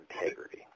integrity